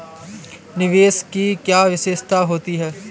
निवेश की क्या विशेषता होती है?